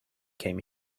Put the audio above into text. came